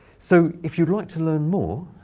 so if you'd like to learn more,